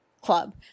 club